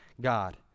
God